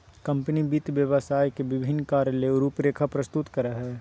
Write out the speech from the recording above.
company वित्त व्यवसाय के विभिन्न कार्य ले रूपरेखा प्रस्तुत करय हइ